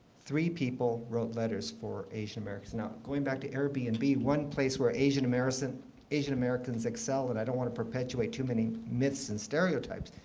three people wrote letters for asian-americans. now, going back to airbnb, and one place where asian-americans asian-americans excel and i don't want to perpetuate too many myths and stereotypes,